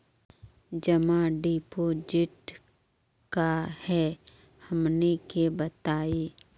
जमा डिपोजिट का हे हमनी के बताई?